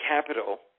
capital